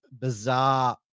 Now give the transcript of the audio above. bizarre